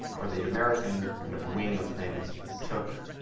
or the american kind of wing of things took